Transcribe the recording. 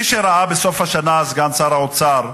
מי שראה בסוף השנה, סגן שר האוצר,